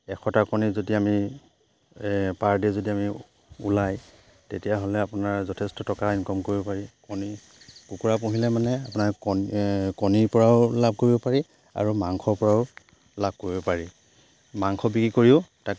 এশটা কণী যদি আমি পাৰ ডে' যদি আমি ওলায় তেতিয়াহ'লে আপোনাৰ যথেষ্ট টকা ইনকম কৰিব পাৰি কণী কুকুৰা পুহিলে মানে আপোনাৰ কণী কণীৰ পৰাও লাভ কৰিব পাৰি আৰু মাংসৰ পৰাও লাভ কৰিব পাৰি মাংস বিক্ৰী কৰিও তাক